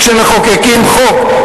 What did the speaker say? כשמחוקקים חוק,